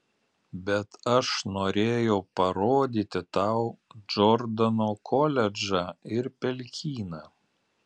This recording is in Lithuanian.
bet aš norėjau parodyti tau džordano koledžą ir pelkyną